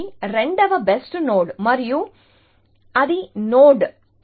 ఇది రెండవ best node మరియు అది నోడ్ చూడండి సమయం 1606